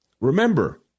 Remember